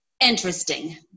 Interesting